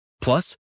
Plus